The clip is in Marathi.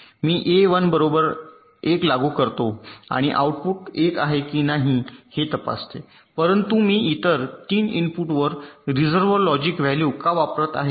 मी ए 1 बरोबर 1 लागू करतो आणि आऊटपुट 1 आहे की नाही हे तपासते परंतु मी इतर 3 इनपुटवर रिव्हर्स लॉजिक व्हॅल्यू का वापरत आहे